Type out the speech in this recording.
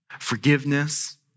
forgiveness